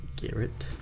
Garrett